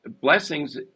blessings